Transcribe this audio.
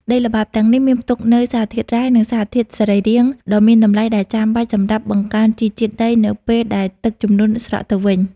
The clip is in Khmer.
ដីល្បាប់ទាំងនេះមានផ្ទុកនូវសារធាតុរ៉ែ និងសារធាតុសរីរាង្គដ៏មានតម្លៃដែលចាំបាច់សម្រាប់ បង្កើនជីជាតិដីនៅពេលដែលទឹកជំនន់ស្រកទៅវិញ។